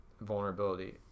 vulnerability